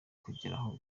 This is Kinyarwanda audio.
kugeraho